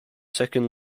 second